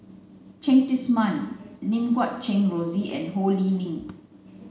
Cheng Tsang Man Lim Guat Kheng Rosie and Ho Lee Ling